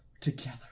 together